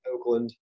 Oakland